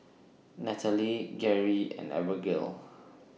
Nathaly Geri and Abigayle